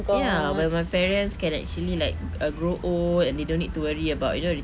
ya where my parents can actually like uh grow old and they don't need to worry about you know